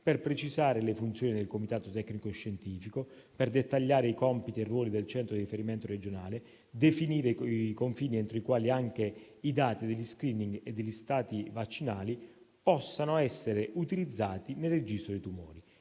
per precisare le funzioni del comitato tecnico-scientifico, dettagliare i compiti e i ruoli del centro di riferimento regionale, definire i confini entro i quali anche i dati degli *screening* e degli stati vaccinali possano essere utilizzati nel registro dei tumori.